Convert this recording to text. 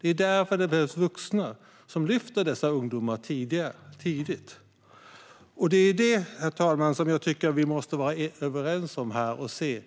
Det är därför det behövs vuxna som lyfter dessa ungdomar tidigt. Detta tycker jag att vi måste vara överens om. Herr talman!